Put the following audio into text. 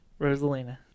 Rosalina